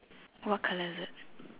what colour is it